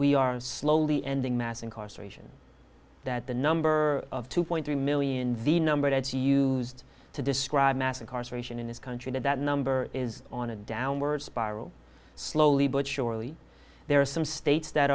we are slowly ending mass incarceration that the number of two point three million the number that's used to describe mass incarceration in this country that that number is on a downward spiral slowly but surely there are some states that